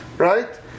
Right